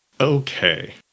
Okay